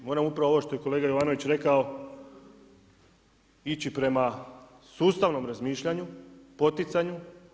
Moramo upravo ovo što je kolega Jovanović rekao ići prema sustavnom razmišljanju, poticanju.